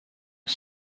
was